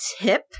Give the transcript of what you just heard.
tip